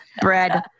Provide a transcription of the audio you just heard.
Bread